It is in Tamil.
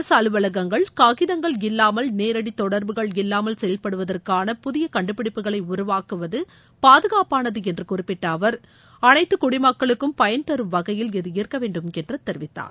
அரசு அலுவலகங்கள் காகிதங்கள் இல்லாமல் நேரடி தொடர்புகள் இல்லாமல் செயல்படுவதற்கான புதிய கண்டுபிடிப்புகளை உருவாக்குவது பாதுகாப்பானது என்று குறிப்பிட்ட அவர் அனைத்து குடிமக்களுக்கும் பயன்தரும் வகையில் இது இருக்க வேண்டுமென்றும் தெரிவித்தார்